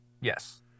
Yes